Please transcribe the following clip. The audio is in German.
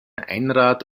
einrad